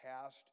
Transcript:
past